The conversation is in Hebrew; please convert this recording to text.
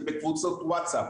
אני בקבוצות וואצאפ.